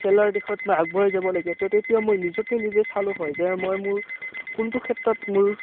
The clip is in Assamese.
খেলৰ দিশত মই আগবঢ়াই যাব লাগে তো তেতিয়াও মই নিজকে নিজে চালোঁ হয় যে মই মোৰ কোনটো ক্ষেত্ৰত মোৰ